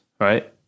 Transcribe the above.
right